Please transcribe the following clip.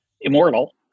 immortal